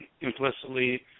implicitly